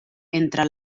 entre